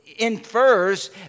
Infers